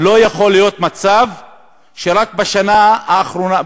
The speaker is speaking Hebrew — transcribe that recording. אבל לא יכול להיות מצב שרק בשנה האחרונה,